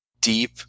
deep